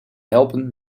helpen